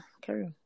Carry